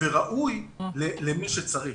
וראוי למי שצריך.